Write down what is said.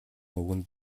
үгэнд